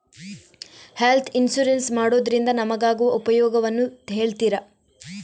Health insurance ಮಾಡೋದ್ರಿಂದ ನಮಗಾಗುವ ಉಪಯೋಗವನ್ನು ಹೇಳ್ತೀರಾ?